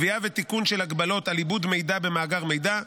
קביעה ותיקון של הגבלות על עיבוד מידע במאגר מידע,